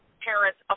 parents